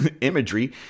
imagery